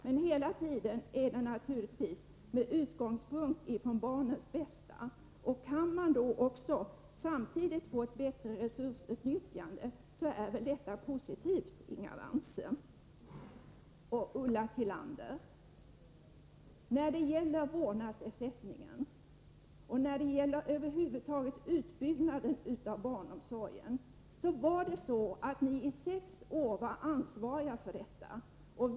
Men hela tiden skall man naturligtvis diskutera med utgångspunkt i barnets bästa. Kan man samtidigt få ett bättre resursutnyttjande är väl detta positivt, Inga Lantz. När det gäller vårdnadsersättning, Ulla Tillander, och över huvud taget utbyggnaden av barnomsorgen vill jag betona att de borgerliga partierna i sex år var ansvariga för dessa saker.